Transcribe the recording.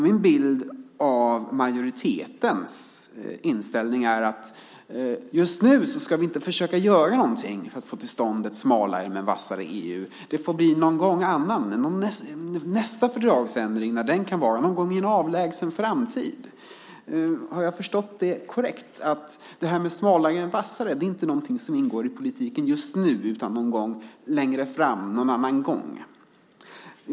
Min bild av majoritetens inställning är att just nu ska vi inte försöka göra någonting för att försöka få till stånd ett smalare men vassare EU. Det får bli någon annan gång, tycker man, vid nästa fördragsändring - när nu den kan vara - eller någon gång i en avlägsen framtid. Har jag förstått detta korrekt? Det här med smalare och vassare är visst inte någonting som ingår i politiken just nu utan någon gång längre fram - någon annan gång.